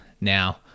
Now